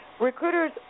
recruiters